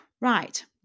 Right